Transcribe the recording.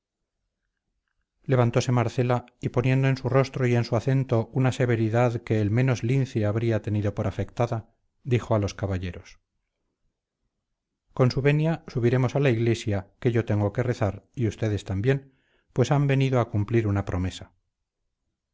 levantose marcela y poniendo en su rostro y en su acento una severidad que el menos lince habría tenido por afectada dijo a los caballeros con su venia subiremos a la iglesia que yo tengo que rezar y ustedes también pues han venido a cumplir una promesa